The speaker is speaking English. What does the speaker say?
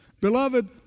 Beloved